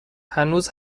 هنوزم